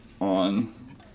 on